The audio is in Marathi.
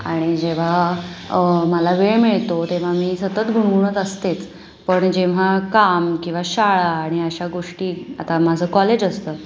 आणि जेव्हा मला वेळ मिळतो तेव्हा मी सतत गुणगुणत असतेच पण जेव्हा काम किंवा शाळा आणि अशा गोष्टी आता माझं कॉलेज असतं